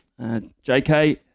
JK